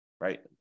right